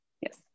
Yes